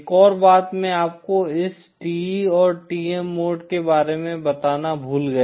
एक और बात मैं आपको इस TE और TM मोड के बारे में बताना भूल गया